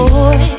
Boy